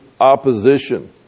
opposition